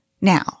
Now